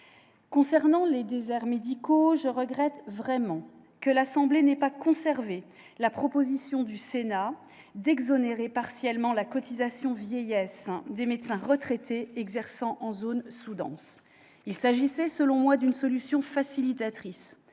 Quant aux déserts médicaux, je regrette vraiment que l'Assemblée nationale n'ait pas conservé la proposition du Sénat consistant à exonérer partiellement de cotisations vieillesse les médecins retraités exerçant en zone sous-dense. Il s'agissait, selon moi, d'une solution facilitatrice,